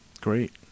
great